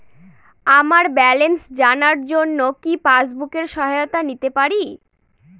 আমার ব্যালেন্স জানার জন্য কি পাসবুকের সহায়তা নিতে পারি?